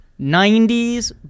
90s